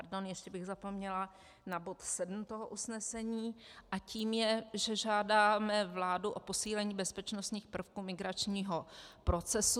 Pardon, ještě bych zapomněla na bod 7 usnesení a tím je, že žádáme vládu o posílení bezpečnostních prvků migračního procesu.